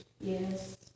Yes